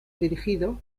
dirigido